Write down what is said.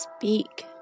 speak